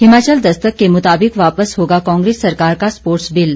हिमाचल दस्तक के मुताबिक वापस होगा कांग्रेस सरकार का स्पोर्ट्स बिल